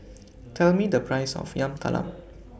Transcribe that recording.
Tell Me The Price of Yam Talam